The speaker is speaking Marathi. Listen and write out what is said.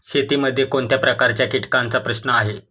शेतीमध्ये कोणत्या प्रकारच्या कीटकांचा प्रश्न आहे?